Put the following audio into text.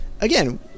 again